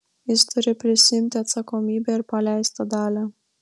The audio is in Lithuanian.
jis turi prisiimti atsakomybę ir paleisti dalią